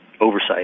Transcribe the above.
oversight